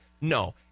No